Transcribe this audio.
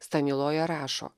staniloja rašo